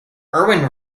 erwin